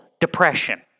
depression